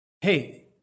hey